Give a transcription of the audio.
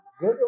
Good